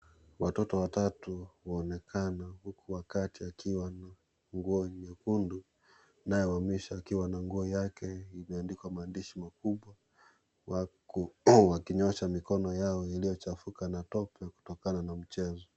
Watoto watatu huonekana huku wa kati akiwa na nguo nyekundu naye wa mwisho akiwa na nguo yake imeandikwa maandishi makubwa wakinyoosha mikono yao iliyochafuka na tope kutokana na mchezo.